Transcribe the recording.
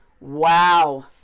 Wow